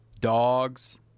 dogs